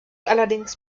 allerdings